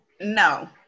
no